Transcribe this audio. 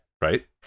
Right